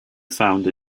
found